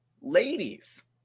ladies